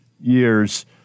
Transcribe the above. years